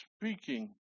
speaking